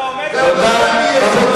תודה.